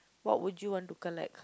what would you want to collect